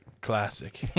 Classic